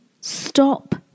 stop